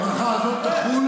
הברכה הזאת תחול,